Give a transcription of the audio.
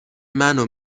منو